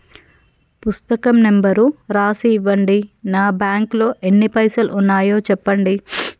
పుస్తకం నెంబరు రాసి ఇవ్వండి? నా బ్యాంకు లో ఎన్ని పైసలు ఉన్నాయో చెప్పండి?